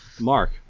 Mark